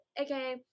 Okay